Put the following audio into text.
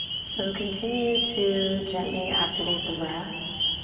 so continue to gently activate the breath.